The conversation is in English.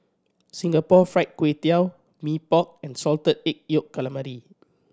Singapore Fried Kway Tiao Mee Pok and Salted Egg Yolk Calamari